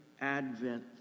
Advent